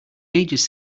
ages